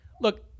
look